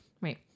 Right